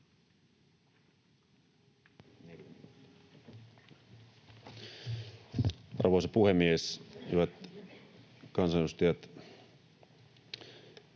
Arvoisa puhemies, hyvät kansanedustajat!